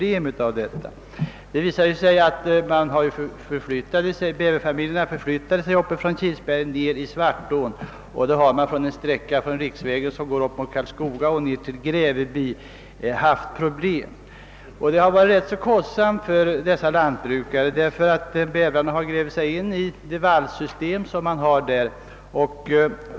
Herr talman! Vi var utomordentligt glada när vi fick en bäverfamilj upp till Kilsbergen utanför Örebro, och vi hoppades att vi skulle få se mycket av de trevliga djuren uppe i de blå bergen. Men vi hade nog inte räknat med att de lantbrukare som hade sina gårdar inom invallningsområdet i Tysslinge kommun skulle få problem av detta. Det visade sig att bäverfamiljerna förflyttade sig från Kilsbergen ned till Svartån. Sådana problem har man haft t.ex. inom ett område som sträcker sig från riksvägen mot Karlskoga och ned till Gräveby. Man har också fått stora kostnader därför att bävrarna har grävt sig in i vallsystemet.